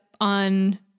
on